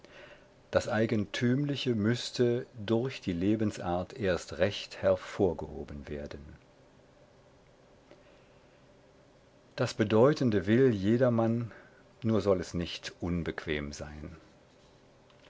das eigentümliche müßte durch die lebensart erst recht hervorgehoben werden das bedeutende will jedermann nur soll es nicht unbequem sein